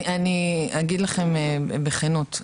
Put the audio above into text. אגיד לכם בכנות,